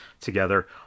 together